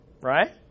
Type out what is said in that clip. Right